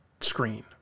screen